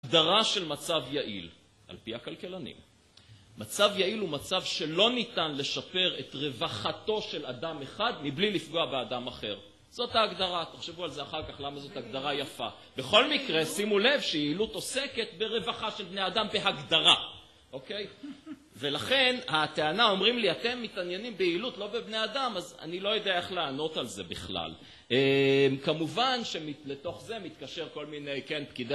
הגדרה של מצב יעיל, על פי הכלכלנים. מצב יעיל הוא מצב שלא ניתן לשפר את רווחתו של אדם אחד מבלי לפגוע באדם אחר. זאת ההגדרה, תחשבו על זה אחר כך, למה זאת הגדרה יפה. בכל מקרה, שימו לב שיעילות עוסקת ברווחה של בני אדם בהגדרה, אוקיי? ולכן, הטענה, אומרים לי, אתם מתעניינים ביעילות, לא בבני אדם, אז אני לא יודע איך לענות על זה בכלל. כמובן שלתוך זה מתקשר כל מיני, כן, פקיד...